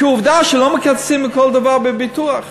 כי עובדה שלא מקצצים מכל דבר בביטוח לאומי.